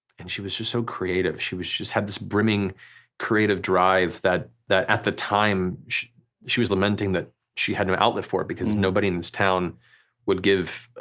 and she was just so creative, she just had this brimming creative drive that that at the time she she was lamenting that she had an outlet for it because nobody in this town would give